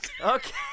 Okay